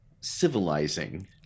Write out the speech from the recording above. civilizing